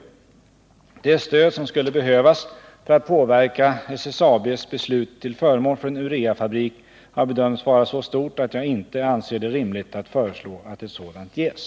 Det stöd 143 som skulle behövas för att påverka SSAB:s beslut till förmån för en ureafabrik har bedömts vara så stort att jag inte anser det rimligt att föreslå att ett sådant ges.